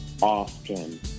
often